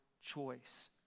choice